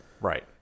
right